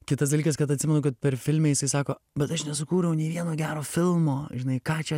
kitas dalykas kad atsimenu kad per filme jisai sako bet aš nesukūriau nė vieno gero filmo žinai ką čia